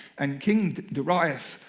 and king darius,